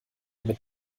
mit